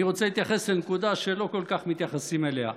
אני רוצה להתייחס לנקודה שלא כל כך מתייחסים אליה,